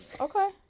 Okay